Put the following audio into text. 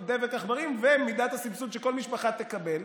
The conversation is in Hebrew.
דבק עכברים ומידת הסבסוד שכל משפחה תקבל,